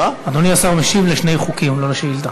אדוני השר משיב על שני חוקים, לא על שאילתה.